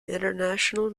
international